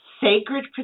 sacred